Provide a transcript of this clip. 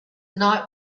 night